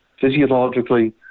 physiologically